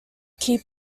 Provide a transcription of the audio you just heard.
key